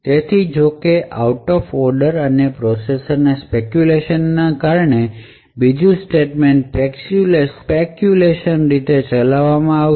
તેથી જો કે આઉટ ઓફ ઑર્ડર અને પ્રોસેસર ની સ્પેકયુલેશન અમલને કારણે બીજું સ્ટેટમેંટ સ્પેકયુલેશન રીતે ચલાવવામાં આવશે